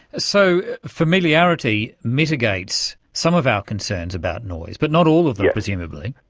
so familiarity mitigates some of our concerns about noise but not all of them presumably.